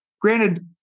Granted